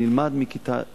הנלמד מכיתה ז'